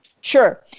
Sure